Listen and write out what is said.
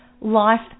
life